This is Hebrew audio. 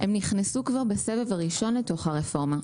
הם נכנסו כבר בסבב הראשון לתוך הרפורמה.